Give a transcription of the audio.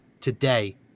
today